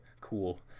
cool